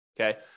Okay